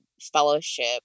fellowship